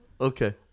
Okay